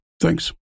thanks